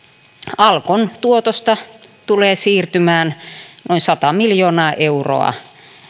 alkon tuotosta tulee siirtymään noin sata miljoonaa euroa